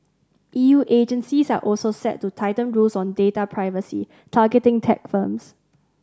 E U agencies are also set to tighten rules on data privacy targeting tech firms